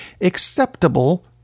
acceptable